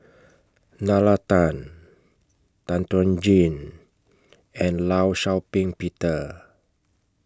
Nalla Tan Tan Chuan Jin and law Shau Ping Peter